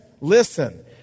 listen